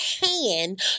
hand